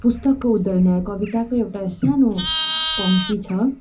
पुस्तकको उदाहरण वा कविताको एउटा सानो पङ्क्त्ति छ